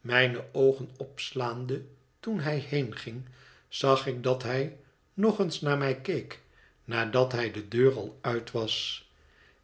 mijne oogen opslaande toen hij heenging zag ik dat hij nog eens naar mij keek nadat hij de deur al uit was